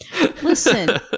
Listen